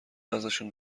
ازشون